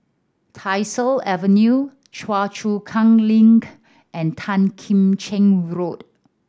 Tyersall Avenue Choa Chu Kang Link and Tan Kim Cheng Road